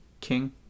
King